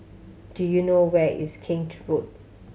do you know where is Kent Road